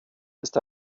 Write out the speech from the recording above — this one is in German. ist